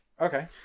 Okay